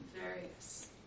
various